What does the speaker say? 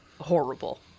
horrible